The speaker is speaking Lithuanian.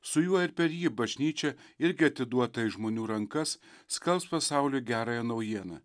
su juo ir per jį bažnyčia irgi atiduota į žmonių rankas skelbs pasauliui gerąją naujieną